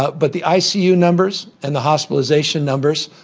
ah but the icu numbers and the hospitalization numbers,